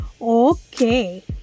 Okay